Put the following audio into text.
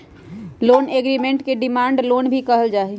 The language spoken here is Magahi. लोन एग्रीमेंट के डिमांड लोन भी कहल जा हई